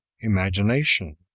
Imagination